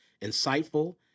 insightful